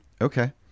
okay